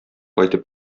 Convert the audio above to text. кайтып